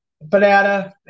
banana